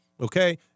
okay